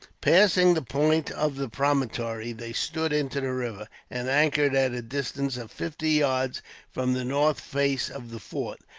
passing the point of the promontory, they stood into the river, and anchored at a distance of fifty yards from the north face of the fort.